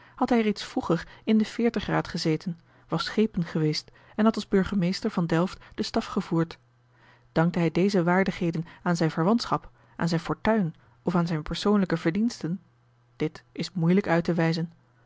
had hij reeds vroeger in den veertig raad gezeten was schepen geweest en had als burgemeester van delft den staf gevoerd dankte hij deze waardigheden aan zijne verwantschap aan zijne fortuin of aan zijne persoonlijke verdiensten dit is moeielijk uit te wijzen